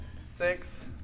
six